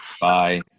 bye